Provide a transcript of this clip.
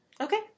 okay